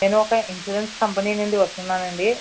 నేను ఒక insurance company నుండి వస్తున్నాణు అండి